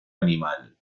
animal